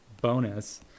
bonus